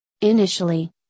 Initially